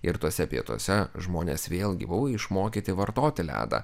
ir tuose pietuose žmonės vėlgi buvo išmokyti vartoti ledą